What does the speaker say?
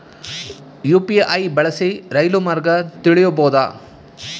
UPI ಬಳಸಿ ರೈಲು ಮಾರ್ಗ ತಿಳೇಬೋದ?